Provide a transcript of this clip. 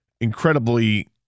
incredibly